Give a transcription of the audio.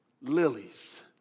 lilies